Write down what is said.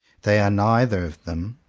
they are neither of them,